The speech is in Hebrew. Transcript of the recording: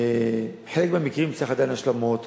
בחלק מהמקרים צריך עדיין השלמות.